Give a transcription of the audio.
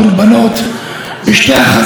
תודה רבה לחבר הכנסת סאלח סעד.